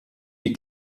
die